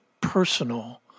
personal